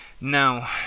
Now